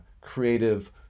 creative